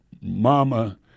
Mama